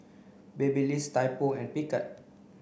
Babyliss Typo and Picard